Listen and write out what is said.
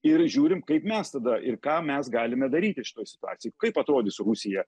ir žiūrim kaip mes tada ir ką mes galime daryti šitoj situacijoj kaip atrodys rusija